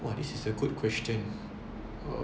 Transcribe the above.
!whoa! this is a good question